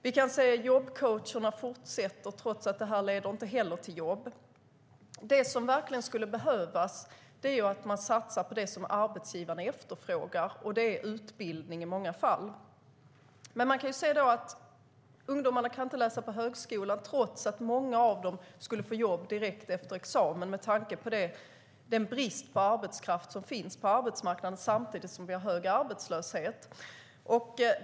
Vi kan se att jobbcoachning fortsätter trots att det inte heller leder till jobb. Det som verkligen skulle behövas är att man satsar på det som arbetsgivarna efterfrågar, och det är i många fall utbildning. Vi kan se att ungdomarna inte kan läsa på högskola trots att många av dem skulle få jobb direkt efter examen med tanke på den brist på arbetskraft som finns på arbetsmarknaden, samtidigt som vi har hög arbetslöshet.